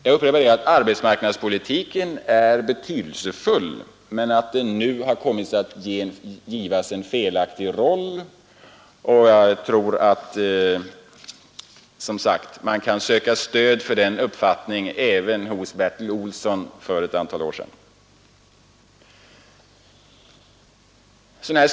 Jag upprepar att arbetsmarknadspolitiken är betydelsefull men att den nu har givits en felaktig roll, och man kan som sagt söka stöd för den uppfattningen i vad Bertil Olsson skrev för ett antal år sedan.